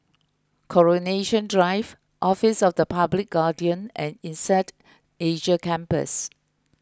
Coronation Drive Office of the Public Guardian and Insead Asia Campus